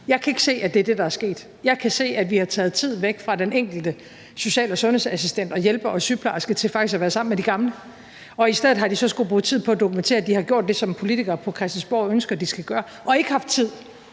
Jeg kan ikke se, at det er det, der er sket. Jeg kan se, at vi har taget tid væk fra den enkelte social- og sundhedsassistent og -hjælper og sygeplejerske til faktisk at være sammen med de gamle. Og i stedet har de så skullet bruge tid på at dokumentere, at de har gjort det, som politikere på Christiansborg ønsker at de skal gøre, og har ikke haft tid